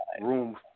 room